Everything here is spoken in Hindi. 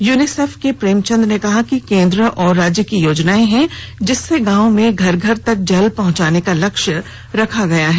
यूनिसेफ के प्रेमचंद ने कहा कि केंद्र और राज्य की योजनाएं हैं जिससे गांव में घर घर तक जल पहुंचाने का लक्ष्य रखा गया है